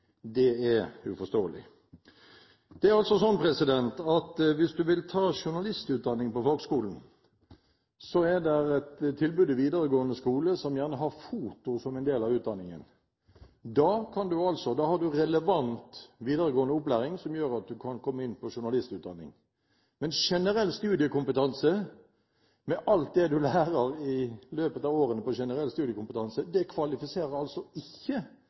Det er uforståelig. Det er altså sånn at hvis du vil ta journalistutdanning på fagskolen, er det et tilbud i videregående skole som har foto som en del av utdanningen. Da har du relevant videregående opplæring som gjør at du kan komme inn på journalistutdanningen. Men generell studiekompetanse, med alt det du lærer i løpet av årene som gir generell studiekompetanse, kvalifiserer altså ikke